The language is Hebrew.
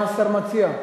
מה השר מציע?